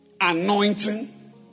anointing